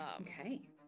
okay